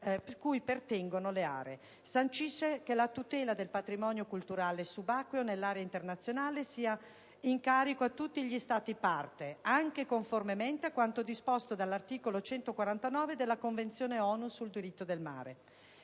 cui pertengono le aree e sancisce che la tutela del patrimonio culturale subacqueo nell'area internazionale è in carico a tutti gli Stati parte, anche conformemente a quanto disposto dall'articolo 149 della Convenzione ONU sul diritto del mare.